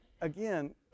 again